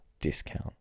discount